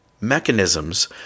mechanisms